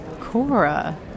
Cora